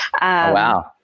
Wow